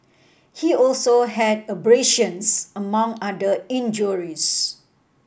he also had abrasions among other injuries